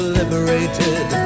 liberated